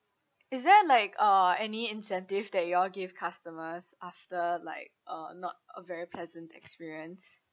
is there like uh any incentive that you all give customers after like a not a very pleasant experience